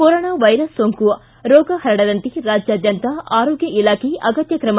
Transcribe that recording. corona virus ಸೋಂಕು ರೋಗ ಪರಡದಂತೆ ರಾಜ್ಯಾದ್ಯಂತ ಆರೋಗ್ಯ ಇಲಾಖೆ ಅಗತ್ಯ ಕ್ರಮ